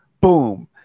Boom